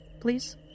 Please